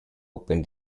open